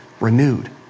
renewed